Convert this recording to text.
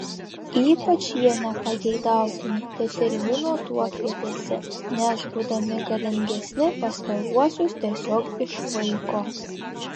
ypač jie nepageidautini tetervinų tuokvietėse nes būdami galingesni pastaruosius tiesiog išvaiko